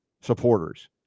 supporters